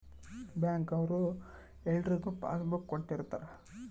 bank ಅವ್ರು ಎಲ್ರಿಗೂ passbook ಕೊಟ್ಟಿರ್ತರ